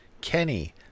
Kenny